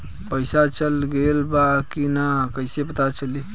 पइसा चल गेलऽ बा कि न और कइसे पता चलि?